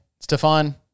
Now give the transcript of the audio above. Stefan